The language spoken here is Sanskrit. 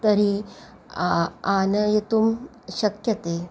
तर्हि आनयितुं शक्यते